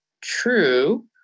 true